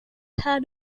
had